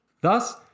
Thus